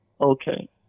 okay